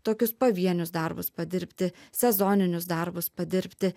tokius pavienius darbus padirbti sezoninius darbus padirbti